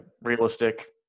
realistic